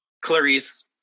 Clarice